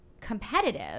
competitive